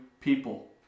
people